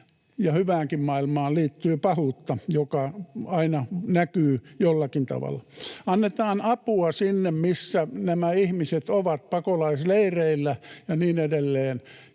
hyväänkin maailmaan liittyy pahuutta, joka aina näkyy jollakin tavalla. Annetaan apua sinne, missä nämä ihmiset ovat, pakolaisleireille ja niin edelleen,